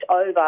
over